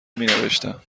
مینوشتم